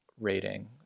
rating